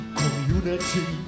community